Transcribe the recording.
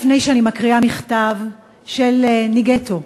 לפני שאני מקריאה מכתב של ניגטו,